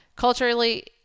Culturally